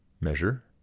measure